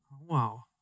Wow